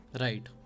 Right